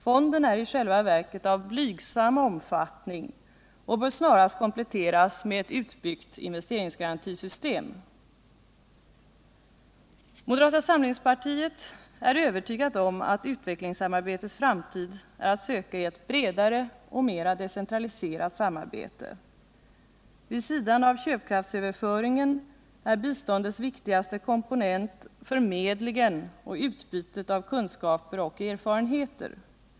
Fonden är i själva verket av blygsam omfattning och bör snarast kompletteras med ett Moderata samlingspartiet är övertygat om att utvecklingssamarbetets framtid är att söka i ett bredare och mer decentraliserat samarbete. Vid sidan av köpkraftsöverföringen är biståndets viktigaste komponent förmedlingen och utbytet av kunskaper och erfarenheter.